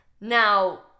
now